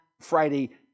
Friday